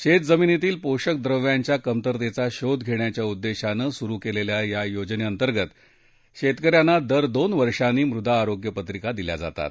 शेत जमिनीतील पोषक द्रव्यांच्या कमतरतेचा शोध घेण्याच्या उद्देशानं सुरु केलेल्या या योजनेअंतर्गत शेतकऱ्यांना दर दोन वर्षांनी मुदा आरोग्य पत्रिका दिल्या जातात